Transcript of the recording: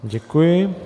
Děkuji.